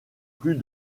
plus